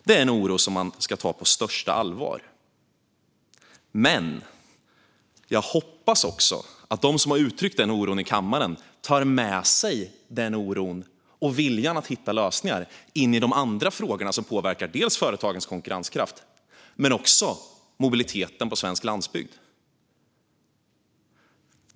Det är en oro som man ska ta på största allvar, men jag hoppas också att de som har uttryckt denna oro i kammaren tar med sig oron och viljan att hitta lösningar in i de andra frågor som påverkar dels företagens konkurrenskraft, dels mobiliteten på svensk landsbygd.